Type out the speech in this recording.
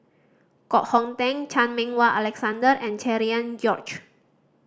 Koh Hong Teng Chan Meng Wah Alexander and Cherian George